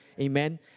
Amen